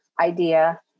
idea